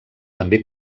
també